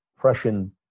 Prussian